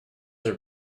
are